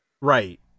right